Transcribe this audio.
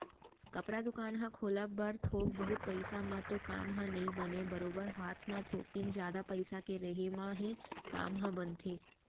कपड़ा दुकान ह खोलब बर थोक बहुत पइसा म तो काम ह नइ बनय बरोबर हात म थोकिन जादा पइसा के रेहे म ही काम ह बनथे